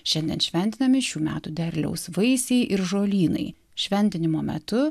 šiandien šventinami šių metų derliaus vaisiai ir žolynai šventinimo metu